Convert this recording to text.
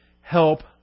help